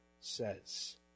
says